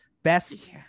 Best